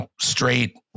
straight